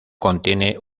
contiene